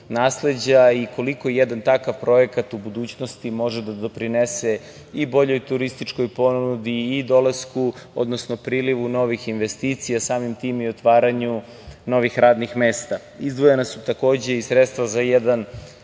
nasleđa i koliko jedan takav projekat u budućnosti može da doprinese i boljoj turističkoj ponudi i dolasku, odnosno prilivu novih investicija, a samim tim i otvaranju novih radnih mesta. Izdvojena su takođe i sredstva za jedan